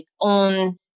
own